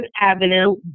Avenue